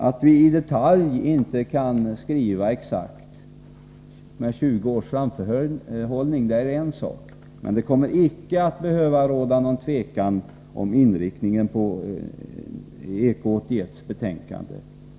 Att vi inte kan skriva exakt i detalj med 20 års framförhållning är en sak, men det kommer icke att behöva råda något tvivel om inriktningen av EK 81:s betänkande.